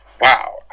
wow